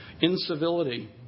Incivility